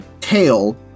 tail